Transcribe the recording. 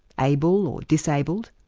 able or disabled,